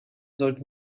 sollten